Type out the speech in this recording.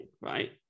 right